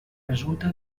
resulta